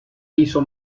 hizo